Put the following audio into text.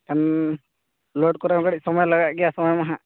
ᱮᱱᱠᱷᱟᱱ ᱞᱳᱰ ᱠᱚᱨᱮᱦᱚᱸ ᱠᱟᱹᱴᱤᱡ ᱥᱚᱢᱚᱭ ᱞᱟᱜᱟᱜ ᱜᱮᱭᱟ ᱥᱚᱢᱚᱭᱢᱟ ᱱᱟᱦᱟᱜ